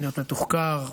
להיות מתוחקר.